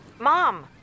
Mom